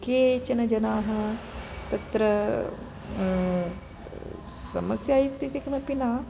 केचन जनाः तत्र समस्या इत्युक्ते किमपि न